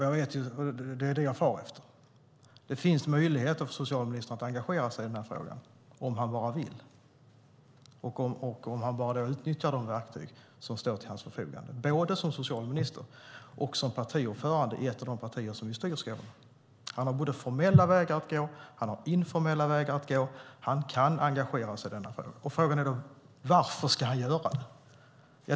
Jag vet ju, det är ju det jag far efter, att det finns möjligheter för socialministern att engagera sig i den här frågan om han bara vill och om han bara utnyttjar de verktyg som står till hans förfogande, både som socialminister och som partiordförande i ett av de partier som ju styr Skåne. Han har formella vägar att gå. Han har informella vägar att gå. Han kan engagera sig i denna fråga. Frågan är då: Varför ska han göra det?